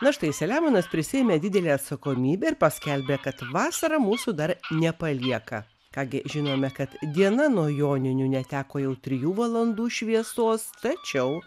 na štai selemonas prisiėmė didelę atsakomybę ir paskelbė kad vasara mūsų dar nepalieka ką gi žinome kad diena nuo joninių neteko jau trijų valandų šviesos tačiau